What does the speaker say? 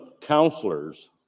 counselors